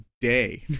day